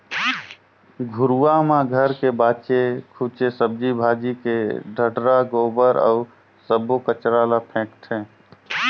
घुरूवा म घर के बाचे खुचे सब्जी भाजी के डठरा, गोबर अउ सब्बो कचरा ल फेकथें